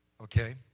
Okay